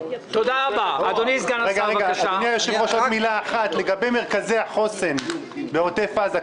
לגבי מרכזי החוסן בעוטף עזה,